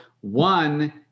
one